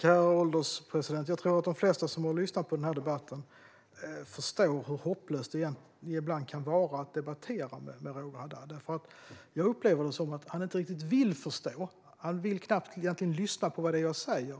Herr ålderspresident! Jag tror att de flesta som har lyssnat på denna debatt förstår hur hopplöst det ibland kan vara att debattera med Roger Haddad. Jag upplever det som att han inte riktigt vill förstå. Han vill knappt lyssna på vad jag säger.